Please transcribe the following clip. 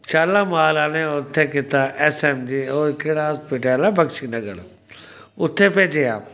शालामार आह्लें उत्थै कीता ऐस्स ऐम्म जी ओह् केह्ड़ा हास्पिटल ऐ बक्शी नगर उत्थै भेजेआ